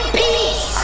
peace